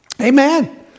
Amen